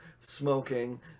smoking